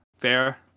Fair